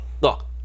look